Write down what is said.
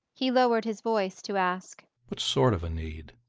he lowered his voice to ask what sort of a need?